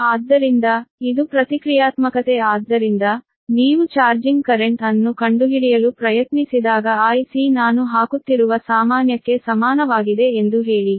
ಆದ್ದರಿಂದ ಇದು ಪ್ರತಿಕ್ರಿಯಾತ್ಮಕತೆ ಆದ್ದರಿಂದ ನೀವು ಚಾರ್ಜಿಂಗ್ ಕರೆಂಟ್ ಅನ್ನು ಕಂಡುಹಿಡಿಯಲು ಪ್ರಯತ್ನಿಸಿದಾಗ Ic ನಾನು ಹಾಕುತ್ತಿರುವ ಸಾಮಾನ್ಯಕ್ಕೆ ಸಮಾನವಾಗಿದೆ ಎಂದು ಹೇಳಿ